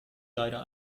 leider